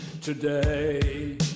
today